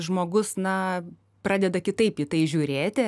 žmogus na pradeda kitaip į tai žiūrėti